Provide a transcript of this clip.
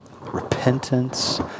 Repentance